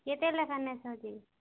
କେତେ ଲେଖା ନେଉଛନ୍ତି